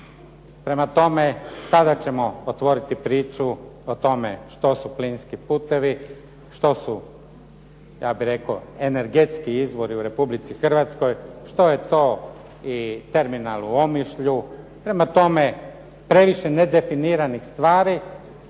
Prema tome, tada ćemo otvoriti priču o tome što su plinski putevi, što su ja bih rekao energetski izvori u Republici Hrvatskoj, što je to i terminal u Omišlju. Prema tome, previše nedefiniranih stvari